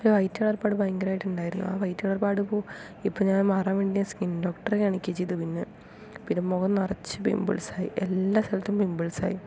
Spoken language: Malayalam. ഒരു വൈറ്റ് കളർ പാട് ഭയങ്കരമായിട്ടുണ്ടായിരുന്നു ആ വൈറ്റ് കളർ പാട് പോകാൻ ഇപ്പോൾ ഞാൻ മാറാൻ വേണ്ടി സ്കിൻ ഡോക്ടറെ കാണിക്കുകയാ ചെയ്തത് പിന്നെ പിന്നെ മുഖം നിറച്ച് പിമ്പിൾസായി എല്ലാ സ്ഥലത്തും പിമ്പിൾസായി